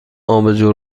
آبجو